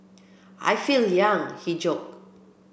I feel young he joked